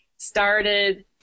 started